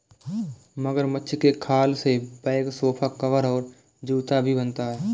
मगरमच्छ के खाल से बैग सोफा कवर और जूता भी बनता है